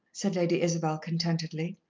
said lady isabel contentedly.